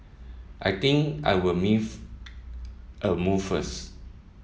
I think I'll a move first